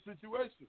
situation